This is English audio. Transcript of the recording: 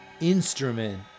instrument